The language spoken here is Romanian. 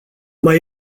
mai